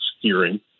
hearing